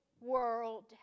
world